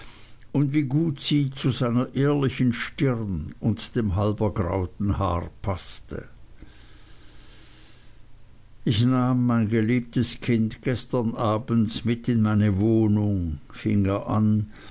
und wie gut sie zu seiner ehrlichen stirn und dem halbergrauten haar paßte ich nahm mein geliebtes kind gestern abends mit in meine wohnung fing er an